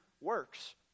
works